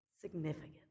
significant